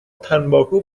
تنباکو